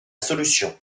solution